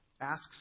asks